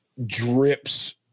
drips